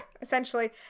essentially